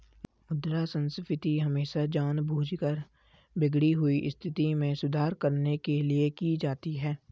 मुद्रा संस्फीति हमेशा जानबूझकर बिगड़ी हुई स्थिति में सुधार करने के लिए की जाती है